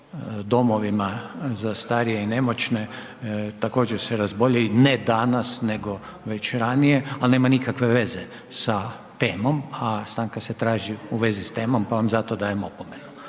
domovima za starije i nemoćne također se razboljeli, ne danas nego već ranije, ali nema nikakve veze sa temom, a stanka se traži u vezi s temom pa vam zato dajem opomenu.